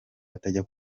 atajya